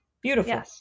Beautiful